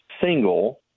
single